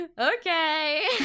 Okay